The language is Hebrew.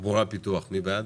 תחבורה ופיתוח, מי בעד,